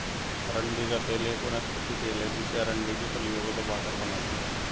अरंडी का तेल एक वनस्पति तेल है जिसे अरंडी की फलियों को दबाकर बनाते है